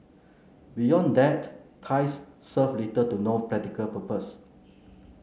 beyond that ties serve little to no practical purpose